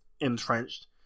entrenched